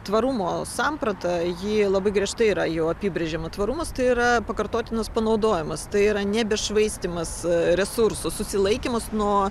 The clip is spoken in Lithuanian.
tvarumo samprata jį labai griežtai yra jau apibrėžimo tvarumas tai yra pakartotinas panaudojimas tai yra nebe švaistymas resursų susilaikymas nuo